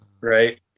right